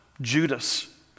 Judas